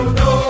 no